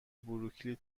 بروکلی